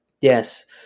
yes